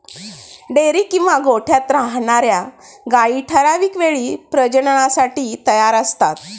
dairy किंवा गोठ्यात राहणार्या गायी ठराविक वेळी प्रजननासाठी तयार असतात